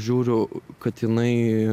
žiūriu kad jinai